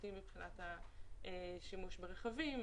משמעותיים מבחינת השימוש ברכבים.